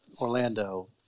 Orlando